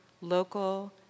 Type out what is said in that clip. local